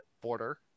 border